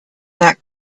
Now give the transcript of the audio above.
that